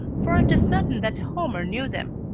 for it is certain that homer knew them,